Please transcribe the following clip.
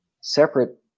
separate